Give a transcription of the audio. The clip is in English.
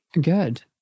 good